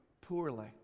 poorly